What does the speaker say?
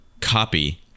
copy